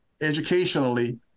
educationally